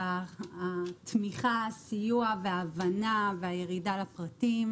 התמיכה, הסיוע וההבנה והירידה לפרטים.